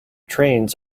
trains